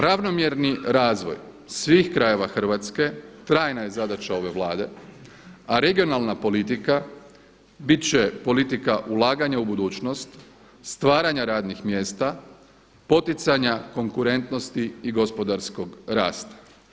Ravnomjerni razvoj svih krajeva Hrvatske trajna je zadaća ove Vlade, a regionalna politika bit će politika ulaganja u budućnost, stvaranje radnih mjesta, poticanja konkurentnosti i gospodarskog rasta.